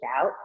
out